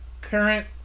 current